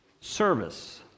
Service